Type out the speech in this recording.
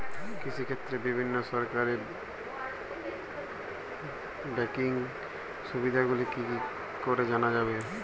কৃষিক্ষেত্রে বিভিন্ন সরকারি ব্যকিং সুবিধাগুলি কি করে জানা যাবে?